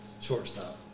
shortstop